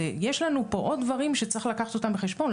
יש לנו פה עוד דברים שצריך לקחת אותם בחשבון.